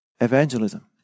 evangelism